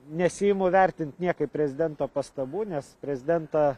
nesiimu vertint niekaip prezidento pastabų nes prezidentą